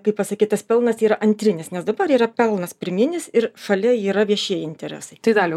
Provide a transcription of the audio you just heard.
kaip pasakyt tas pelnas yra antrinis nes dabar yra pelnas pirminis ir šalia yra viešieji interesai